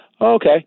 Okay